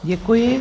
Děkuji.